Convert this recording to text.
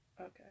okay